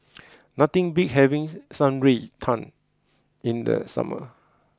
nothing beats having Shan Rui Tang in the summer